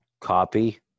copy